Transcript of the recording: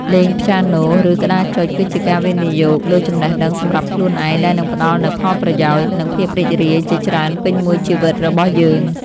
លេងព្យ៉ាណូ ឬក្តារចុចគឺជាការវិនិយោគលើចំណេះដឹងសម្រាប់ខ្លួនឯងដែលនឹងផ្ដល់នូវផលប្រយោជន៍ និងភាពរីករាយជាច្រើនពេញមួយជីវិតរបស់យើង។